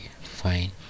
fine